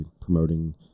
promoting